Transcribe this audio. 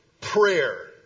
prayer